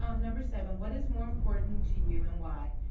um number seven. what is more important to you and why?